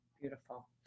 beautiful